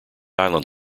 island